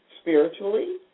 spiritually